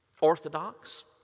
orthodox